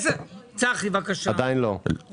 אגורה אחת של החזר הוצאות על הבית בתל אביב וכמובן הילדים של